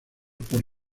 por